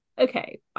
okay